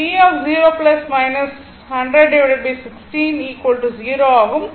0 ஆகும்